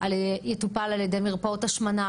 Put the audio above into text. יטופל על ידי מרפאות השמנה.